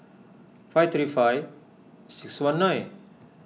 five three five six one nine